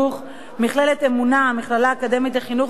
מכללת "אמונה" המכללה האקדמית לחינוך ולאמנויות,